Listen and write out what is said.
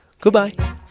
Goodbye